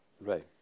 Right